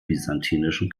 byzantinischen